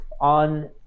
On